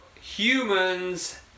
humans